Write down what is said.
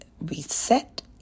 reset